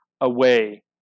away